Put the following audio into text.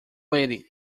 lady